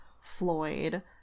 Floyd